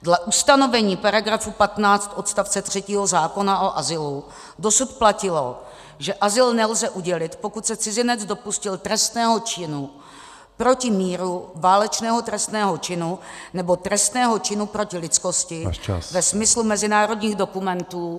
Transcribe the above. Dle ustanovení § 15 odst. 3 zákona o azylu dosud platilo, že azyl nelze udělit, pokud se cizinec dopustil trestného činu proti míru, válečného trestného činu nebo trestného činu proti lidskosti ve smyslu mezinárodních dokumentů...